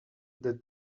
that